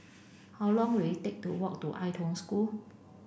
how long will it take to walk to Ai Tong School